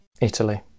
Italy